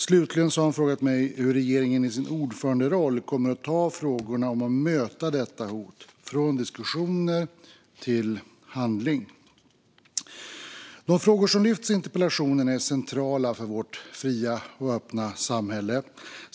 Slutligen har han frågat mig hur regeringen i sin ordföranderoll kommer att ta frågorna om att möta detta hot från diskussioner till handling. De frågor som lyfts fram i interpellationen är centrala för vårt fria och öppna samhälle.